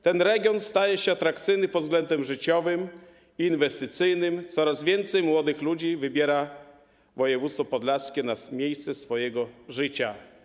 Ten region staje się atrakcyjny pod względem życiowym, inwestycyjnym, coraz więcej młodych ludzi wybiera województwo podlaskie na miejsce swojego życia.